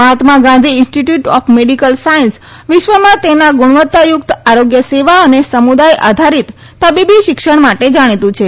Mahatma Gandhi Institute of Medical Science વિશ્વમાં તેના ગુણવત્તાયુક્ત આરોગ્ય સેવા અને સમુદાય આધારિત તબિબિ શિક્ષણ માટે જાણીતું છે